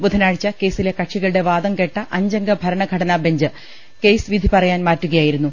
ബുധനാഴ്ച്ച കേസിലെ കക്ഷികളുടെ വാദം കേട്ട അഞ്ചംഗ ഭരണഘടനാ ബെഞ്ച് കേസ് വിധി പറയാൻ മാറ്റുകയായി രുന്നു